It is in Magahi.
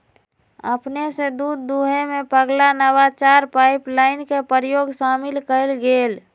अपने स दूध दूहेमें पगला नवाचार पाइपलाइन के प्रयोग शामिल कएल गेल